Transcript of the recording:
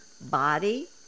body